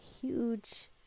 Huge